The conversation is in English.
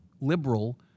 liberal